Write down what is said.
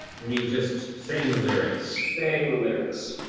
mean, just saying the lyrics. saying the lyrics.